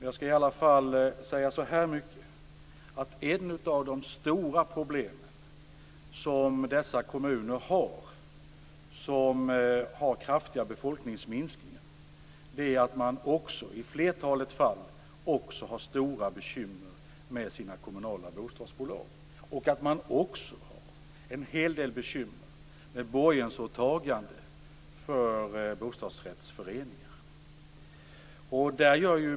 Jag skall i alla fall säga så mycket att ett av de stora problemen för de kommuner som har kraftiga befolkningsminskningar är att de i flertalet fall också har stora bekymmer med sina kommunala bostadsbolag. De har dessutom en hel del bekymmer med borgensåtaganden för bostadsrättsföreningar.